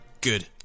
good